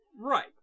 Right